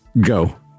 go